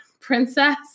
princess